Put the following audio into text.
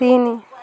ତିନି